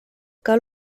cal